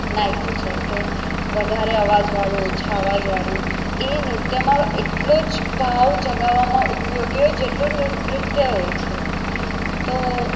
નાખ્યું છે કે વધારે અવાજવાળું ઓછા અવાજ વાળું એ નૃત્યમાં એટલો જ ભાવ જગાવવામાં ઉપયોગી હોય જેટલો નૃત્ય હોય છે તો